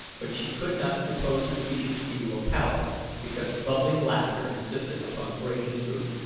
but she could not compose her features into a pout because bubbling laughter insisted upon breaking through.